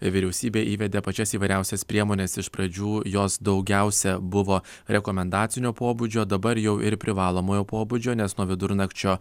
vyriausybė įvedė pačias įvairiausias priemones iš pradžių jos daugiausia buvo rekomendacinio pobūdžio dabar jau ir privalomojo pobūdžio nes nuo vidurnakčio